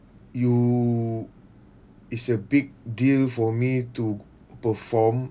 you is a big deal for me to perform